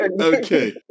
Okay